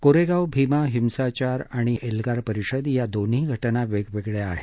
कोरेगाव भीमा हिंसाचार आणि एल्गार परिषद या दोन्ही घटना वेगळ्या आहेत